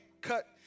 cut